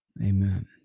Amen